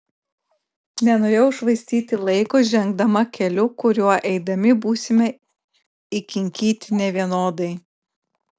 nenorėjau švaistyti laiko žengdama keliu kuriuo eidami būsime įkinkyti nevienodai